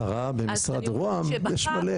שרה במשרד רוה"מ, יש מלא.